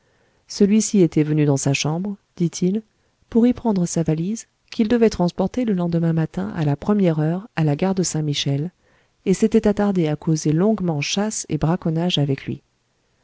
celui-ci était venu dans sa chambre dit-il pour y prendre sa valise qu'il devait transporter le lendemain matin à la première heure à la gare de saint-michel et s'était attardé à causer longuement chasse et braconnage avec lui